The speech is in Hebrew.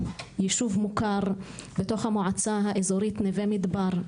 יישוב מוכר בתוך המועצה האזורית נווה מדבר.